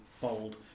bold